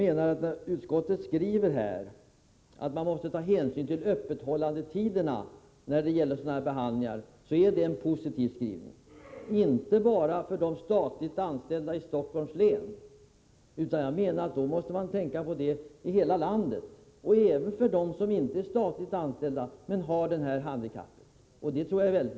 Men när utskottet skriver att man måste ta hänsyn till behandlingsanläggningarnas öppethållandetider, menar jag att det är en positiv skrivning — inte bara för de statligt anställda i Stockholms län, utan i fråga om hela landet och även beträffande dem som inte är statligt anställda men som har detta handikapp. Det tror jag är viktigt.